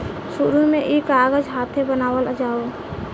शुरु में ई कागज हाथे बनावल जाओ